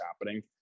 happening